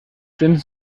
sind